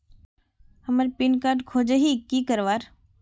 हमार pin code खोजोही की करवार?